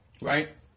Right